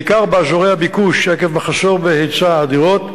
בעיקר באזורי הביקוש, עקב מחסור בהיצע הדירות,